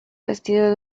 vestido